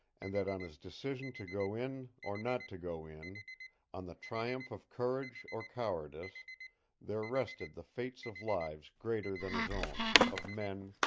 and that on his decision to go in or not to go in on the triumph of courage or cowardice there rested the fates of lives greater than his own, of men,